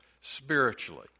spiritually